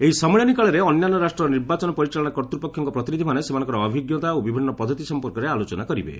ଏହି ସମ୍ମିଳନୀ କାଳରେ ଅନ୍ୟାନ୍ୟ ରାଷ୍ଟ୍ରର ନିର୍ବାଚନ ପରିଚାଳନା କର୍ତ୍ତୃପକ୍ଷଙ୍କ ପ୍ରତିନିଧିମାନେ ସେମାନଙ୍କର ଅଭିଜ୍ଞତା ଓ ବିଭିନ୍ନ ପଦ୍ଧତି ସଂପର୍କରେ ଆଲୋଚନା କରିବେ